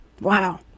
Wow